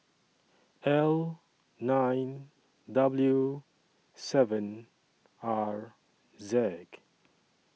L nine W seven R Z